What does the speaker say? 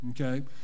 okay